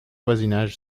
voisinage